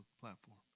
platform